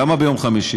למה ביום חמישי?